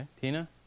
Tina